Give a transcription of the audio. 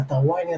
באתר ynet,